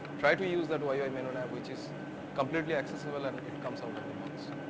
try to use that yui menunav which is completely accessible and it comes out of the box.